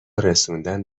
رسوندن